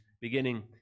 beginning